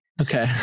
Okay